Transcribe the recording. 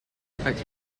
effects